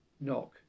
Knock